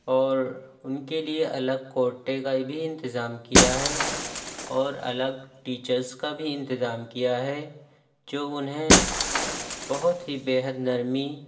اور ان کے لیے الگ کوٹے کا بھی انتظام کیا ہے اور الگ ٹیچرس کا بھی انتظام کیا ہے جو انہیں بہت ہی بے حد نرمی